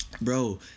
Bro